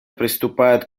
приступает